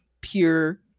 pure